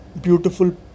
beautiful